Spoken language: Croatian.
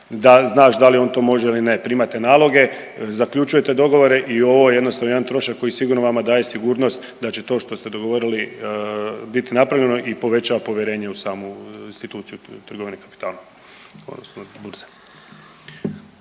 da znaš da li on to može ili ne. Primate naloge, zaključujete dogovore i ovo je jednostavno jedan trošak koji sigurno vama daje sigurnost da će to što ste dogovorili biti napravljeno i povećava povjerenje u samu instituciju trgovine kapitala,